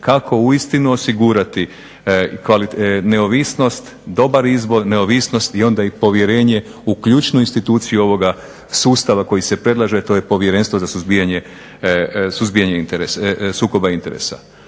kako uistinu osigurati neovisnost, dobar izbor, neovisnost i onda i povjerenje u ključnu instituciju ovoga sustava koji se predlaže, a to je Povjerenstvo za suzbijanje sukoba interesa.